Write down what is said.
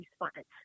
response